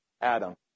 Adam